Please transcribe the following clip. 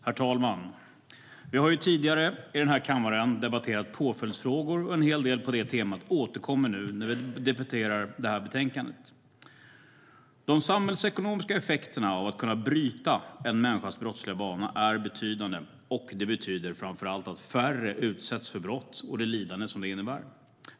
Herr talman! Vi har tidigare i denna kammare debatterat påföljdsfrågor, och en hel del på det temat återkommer nu när vi debatterar detta betänkande. De samhällsekonomiska effekterna av att kunna bryta en människas brottsliga bana är betydande. Det betyder framför allt att färre utsätts för brott och det lidande som det innebär.